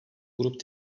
grup